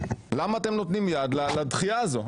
למה אתם נותנים יד לדחייה הזאת?